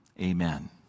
Amen